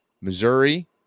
Missouri